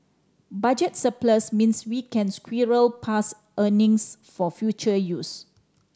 budget surplus means we can squirrel past earnings for future use